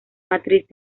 matriz